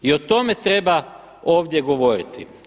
I o tome treba ovdje govoriti.